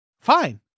fine